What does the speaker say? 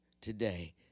today